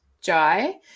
jai